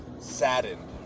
saddened